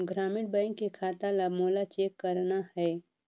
ग्रामीण बैंक के खाता ला मोला चेक करना हे?